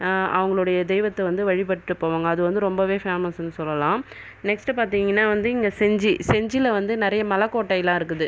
அவங்களுடய தெய்வத்தை வந்து வழிபட்டு போவாங்க அது வந்து ரொம்பவே ஃபேமஸ்ஸுனு சொல்லலாம் நெக்ஸ்ட் பார்த்திங்கன்னா வந்து இங்கே செஞ்சி செஞ்சியில் வந்து நிறைய மலைகோட்டையெல்லாம் இருக்குது